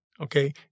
Okay